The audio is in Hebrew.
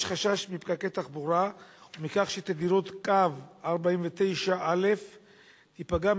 יש חשש מפקקי תחבורה ומכך שתדירות קו 49א תיפגע,